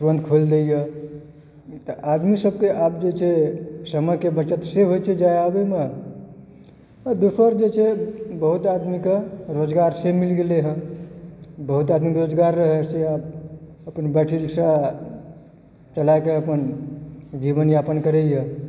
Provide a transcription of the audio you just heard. तुरन्त खोलि दैया तऽ आदमी सबकेँ आब जे छै समयके बचत से होइत छै जाए आबयमे दोसर जे छै बहुत आदमीके रोजगारसँ मिल गेलै हँ बहुत आदमी बेरोजगार रहय से आब अपन बैट्री रिक्सा चलाके अपन जीवन यापन करैया